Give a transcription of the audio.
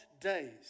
days